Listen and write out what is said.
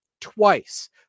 twice